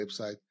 website